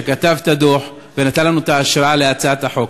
שכתב את הדוח ונתן לנו את ההשראה להצעת החוק.